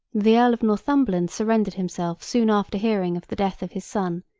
the earl of northumberland surrendered himself soon after hearing of the death of his son,